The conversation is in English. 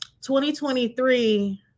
2023